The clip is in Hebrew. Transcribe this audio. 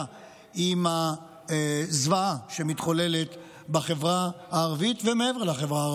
עם הזוועה שמתחוללת בחברה הערבית ומעבר לה.